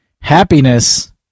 happiness